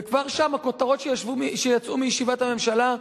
וכבר שם הכותרות שיצאו מישיבת הממשלה: